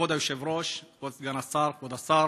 כבוד היושב-ראש, כבוד סגן השר, כבוד השר,